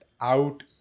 out